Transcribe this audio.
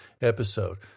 episode